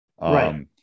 right